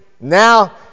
Now